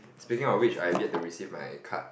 speaking of which I've yet to receive my card